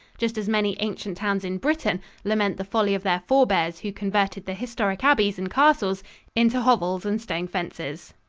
just as many ancient towns in britain lament the folly of their forbears who converted the historic abbeys and castles into hovels and stone fences.